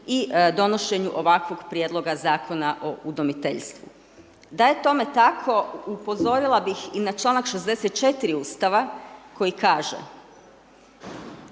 i donošenju ovakvog Prijedloga Zakona o udomiteljstvu. Da je tome tako upozorila bih i na čl. 64. Ustava koji kaže,